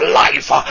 life